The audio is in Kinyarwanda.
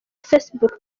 facebook